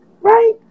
Right